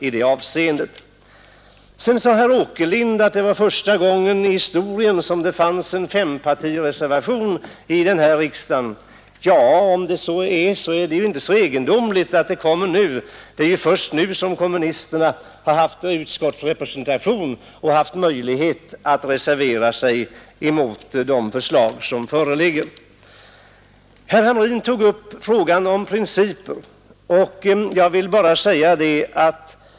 Herr Åkerlind sade att detta var första gången i hela historien som det förekom en fempartireservation i riksdagen. Om så nu är fallet är det inte så egendomligt; det är ju först nu som kommunisterna fått utskottsrepresentation och har möjlighet att reservera sig. Herr Hamrin tog upp frågan om principen.